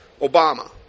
Obama